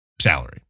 salary